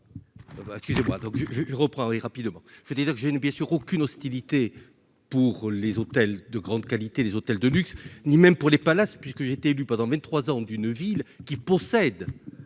Excusez-moi, donc je, je, je, rapidement, c'est-à-dire que j'ai une bien sûr aucune hostilité pour les hôtels de grande qualité des hôtels de luxe, ni même pour les palaces, puisque j'ai été élu pendant 23 ans d'une ville qui possède